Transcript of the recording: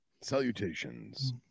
Salutations